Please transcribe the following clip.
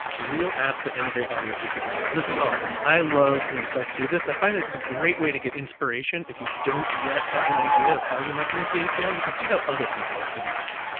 real apps that integrate audio features in. this is awesome. i love when sites do this. i find that it's a great way to get inspiration if you don't yet have an idea of how you might use the api. ah you can see how other people have used it.